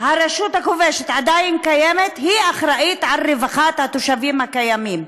הרשות הכובשת קיימת היא אחראית לרווחת התושבים הקיימים,